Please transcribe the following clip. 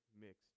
mixed